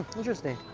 interesting.